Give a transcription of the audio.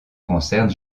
concernent